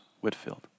Whitfield